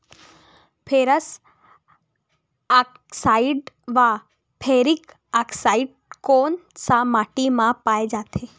Ferrous oxide व ferric oxide कोन सा माटी म पाय जाथे?